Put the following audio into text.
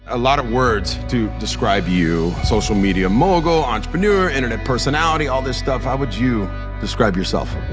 a lot of words to describe you. social media mogul, entrepreneur, internet personality, all this stuff. how would you describe yourself?